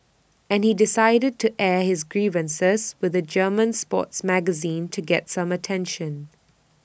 and he decided to air his grievances with A German sports magazine to get some attention